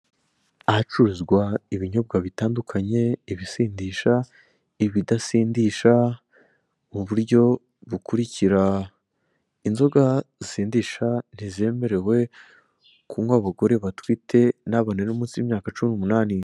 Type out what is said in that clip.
Ahacuruzwa ibinyobwa bitandukanye ibisindisha, ibidasindisha mu buryo bukurikira: Inzoga zisindisha ntizemerewe kunywa abagore batwite ntabonere munsi w'imyaka cumi n'umunani.